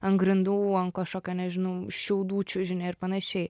ant grindų ant kažkokio nežinau šiaudų čiužinio ir panašiai